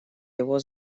его